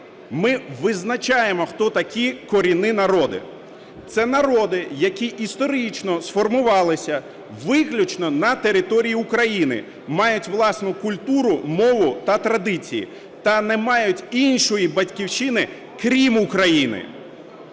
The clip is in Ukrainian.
Ми визначаємо, хто такі корінні народи. Це народи, які історично сформувалися виключно на території України, мають власну культуру, мову та традиції, та не мають іншої Батьківщини крім України,